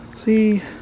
see